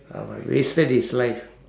ah w~ wasted his life